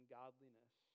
godliness